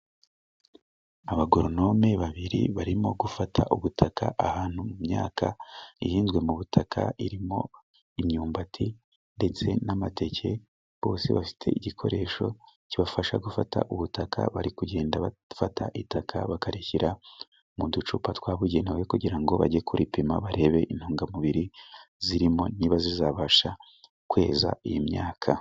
Abagoronome babiri barimo gufata ubutaka, ahantu mu myaka ihinzwe mu butaka irimo imyumbati ndetse n'amateke bose bafite igikoresho kibafasha gufata ubutaka, bari kugenda bafata itaka bakarishyira mu ducupa twabugenewe kugira ngo bajye kuripima barebe intungamubiri zirimo niba zizabasha kweza iyi myaka.